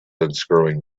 unscrewing